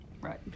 right